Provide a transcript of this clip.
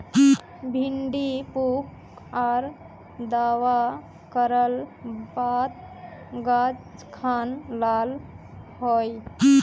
भिन्डी पुक आर दावा करार बात गाज खान लाल होए?